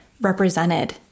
represented